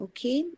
Okay